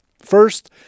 First